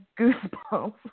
goosebumps